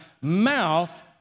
mouth